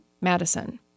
Madison